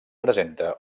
presenta